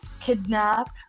kidnap